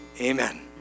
amen